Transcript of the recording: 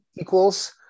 equals